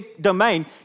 domain